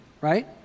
right